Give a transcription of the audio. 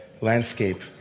landscape